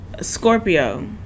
Scorpio